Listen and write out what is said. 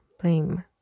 blame